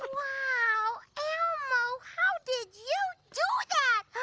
wow elmo, how did you do that?